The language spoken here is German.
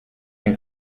den